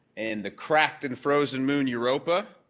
and the cracked and frozen moon, europa,